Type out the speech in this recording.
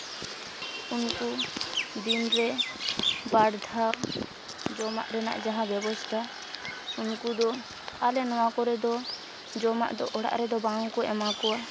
ᱩᱱᱠᱩ ᱫᱤᱱ ᱨᱮ ᱵᱟᱨ ᱫᱷᱟᱣ ᱡᱚᱢᱟᱜ ᱨᱮᱱᱟᱜ ᱡᱟᱦᱟᱸ ᱵᱮᱵᱚᱥᱛᱷᱟ ᱩᱱᱠᱩ ᱫᱚ ᱟᱞᱮ ᱱᱚᱣᱟ ᱠᱚᱨᱮ ᱫᱚ ᱡᱚᱢᱟᱜ ᱫᱚ ᱚᱲᱟᱜ ᱨᱮᱫᱚ ᱵᱟᱝᱠᱚ ᱮᱢᱟᱠᱚᱣᱟ